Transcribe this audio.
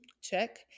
check